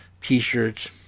T-shirts